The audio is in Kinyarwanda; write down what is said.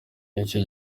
icyo